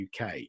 UK